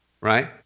right